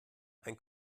ein